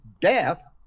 death